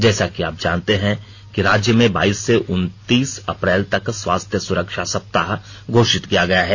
जैसा कि आप जानते हैं कि राज्य में बाईस से उनतीस अप्रैल तक स्वास्थ्य सुरक्षा सप्ताह घोषित किया गया है